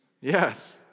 Yes